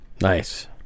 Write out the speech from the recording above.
Nice